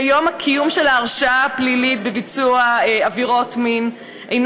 כיום הקיום של ההרשעה הפלילית בביצוע עבירות מין אינו